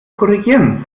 korrigieren